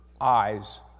eyes